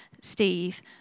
Steve